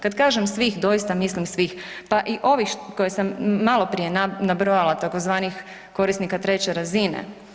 Kad kažem svih, doista mislim svih, pa i ovih koje sam maloprije nabrojala, tzv. korisnika treće razine.